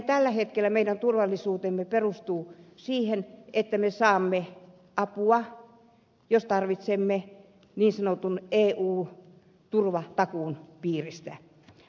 tällä hetkellä meidän turvallisuutemme perustuu siihen että me saamme apua jos tarvitsemme niin sanotun eu turvatakuun piiristä